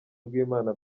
rw’imana